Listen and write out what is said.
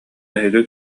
эһиги